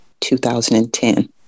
2010